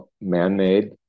man-made